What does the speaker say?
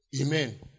Amen